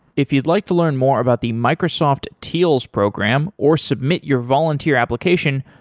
if you'd like to learn more about the microsoft teals program, or submit your volunteer application,